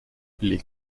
les